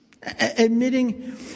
Admitting